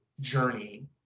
journey